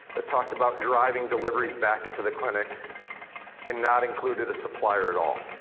that talked about driving deliveries back into the clinic and not included a supplier at all.